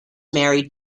married